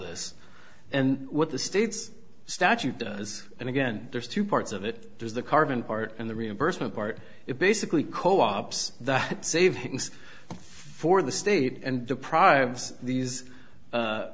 this and what the state's statute does and again there's two parts of it there's the carbon part and the reimbursement part it basically co ops the savings for the state and deprives these